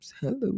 Hello